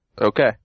Okay